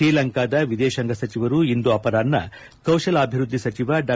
ಶ್ರೀಲಂಕಾದ ವಿದೇಶಾಂಗ ಸಚಿವರು ಇಂದು ಅಪರಾಹ್ಲ ಕೌಶಲಾಭಿವ್ವದ್ದಿ ಸಚಿವ ಡಾ